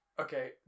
okay